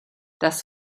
das